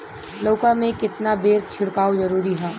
लउका में केतना बेर छिड़काव जरूरी ह?